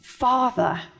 father